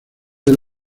del